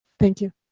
thank you.